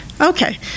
Okay